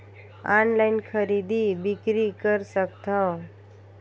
Online खरीदी बिक्री कर सकथव?